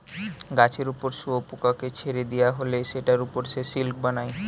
গাছের উপর শুয়োপোকাকে ছেড়ে দিয়া হলে সেটার উপর সে সিল্ক বানায়